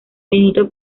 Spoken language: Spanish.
benito